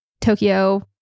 Tokyo